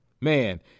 man